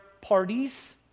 parties